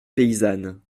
paysanne